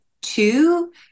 two